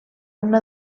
una